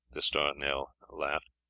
d'estournel laughed.